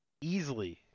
easily